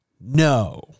No